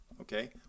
Okay